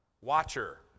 watcher